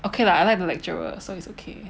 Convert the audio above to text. okay lah I like the lecturer so is okay